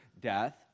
death